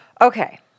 Okay